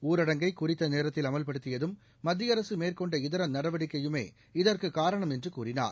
ஊரடங்கை குறித்த நேரத்தில் அமல்படுதியதும் மத்திய அரசு மேற்கொண்ட இதர நடவடிக்கையுமே இதற்குக் காரணம் என்று கூறினார்